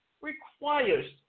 requires